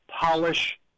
polish